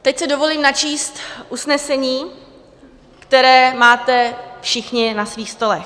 Teď si dovolím načíst usnesení, které máte všichni na svých stolech.